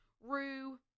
rue